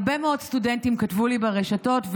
הרבה מאוד סטודנטים כתבו לי ברשתות,